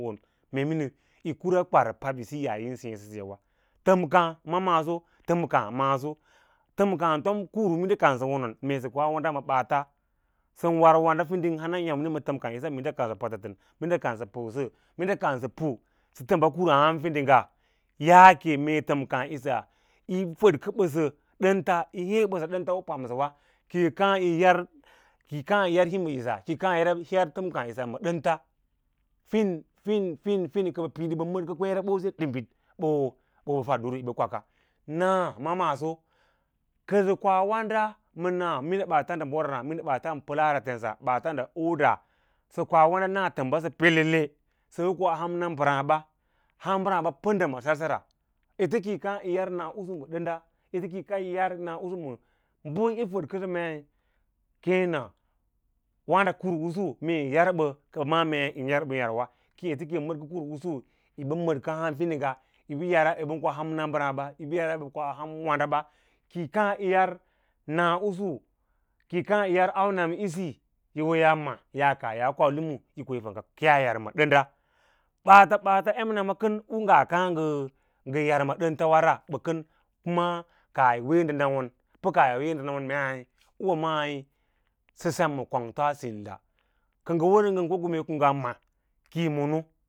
yi kura pabɓisi yaa yín sēě sə səyawa, təmkâ, ɓə maase təmkaã ɓən kurum minda wonon mee sə koa wanda ma ɓaata sən wa wanda fiding mind təmkaa ɓə kanan patatən minda kansə puwəsə minda kansə pu sə təmbs umia hamfidingga, yaake mee təmkaã ꞌiss yi fədkəbə dənda u yín yar bəsə nam yi hiĩ bəsə ɗanta u pam bəsə wa kəi kaa yi yar himbaꞌiss, kəi kaã yiyar ləm kǎǎꞌ ma dənts fín fín fín fín kə ɓə piɗ ɓə mədkə kwéě re ɓose ɗibiɗ kə ɓə fəd ɗur yi ɓə kwaka naa ma maaso kəsə koa wanda ma naa minda ɓaatan bororaã mínda ɓaatan, palasra tensa ɓaata ndə uda sə koa wanda naa təmbasə pelelele sə ɓən kos ham na mbəraã ɓs ham mbəraãɓa pədəm a sersera, ete ki yi kaã yi yar naꞌusu ma dənda, ete ki yi kaã yi yar na usu ma bə yi fəd kəsəɓa mei keẽna wǎ ndə kur usu kal ɓə maꞌǎ mee yin yar ɓən yar wa kéé ete kiyi mədkə kur usu yi bə yara yi ɓən koa hawn mbəraãɓaa yi yara yi ɓən kaa hanu mbəraã kiyi kaã yi yar na’usu ki yí kaã yi yar auname ‘isi yi wo yaa ma yaa kaa ya koa lumu yi ko yi fanga kiyaa yar ma dənda ɓaats ɓaats em nama kən u ngab kaã ngə yar ma ɗən tawa ra ɓə kən kuma kaah yi wee ndə nawoh, pə kaah yi wee nɗə nawon mei hwəmai sə sem ms kwangto abínda kə wər ngən koko mee nga ma ki yi mono.